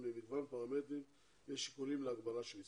יש שיקולים להגדרה של עיסוק.